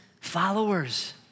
followers